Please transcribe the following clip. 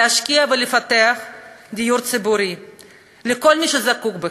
להשקיע ולפתח דיור ציבורי לכל מי שזקוק לכך,